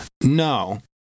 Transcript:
No